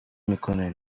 میکنه